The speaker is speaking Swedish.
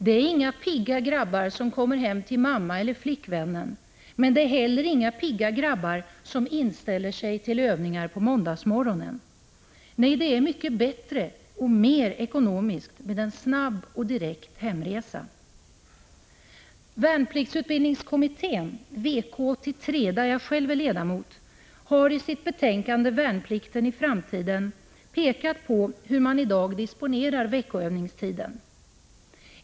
Det är inga pigga grabbar som kommer hem till mamma eller flickvännen, men det är heller inga pigga grabbar som inställer sig till övningar på måndagsmorgonen. Nej, det är mycket bättre och mer ekonomiskt med en snabb och direkt hemresa. Värnpliktsutbildningskommittén — VK-83— , där jag själv är ledamot, har i sitt betänkande ”Värnplikten i framtiden” pekat på hur man i dag disponerar veckoövningstiden.